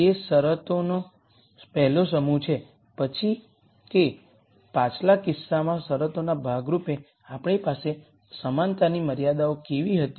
તે શરતોનો પહેલો સમૂહ છે પછી કે પાછલા કિસ્સામાં શરતોના ભાગ રૂપે આપણી પાસે સમાનતાની મર્યાદાઓ કેવી હતી